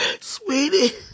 Sweetie